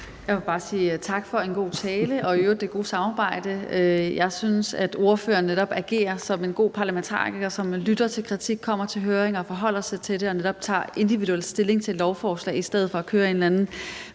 Jeg vil bare sige tak for en god tale og i øvrigt det gode samarbejde. Jeg synes, at ordføreren agerer som en god parlamentariker, som lytter til kritik, kommer til høringer, forholder sig til tingene og netop tager individuel stilling til lovforslag i stedet for at køre en eller anden